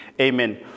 Amen